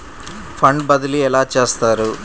Fund బదిలీ ఎలా చేస్తారు?